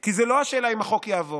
כי זו לא השאלה אם החוק יעבור,